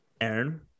Aaron